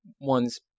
ones